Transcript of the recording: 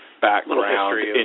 background